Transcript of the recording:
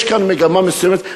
יש כאן מגמה מסוימת.